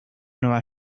nueva